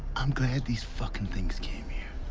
i'm glad these fucking things came here.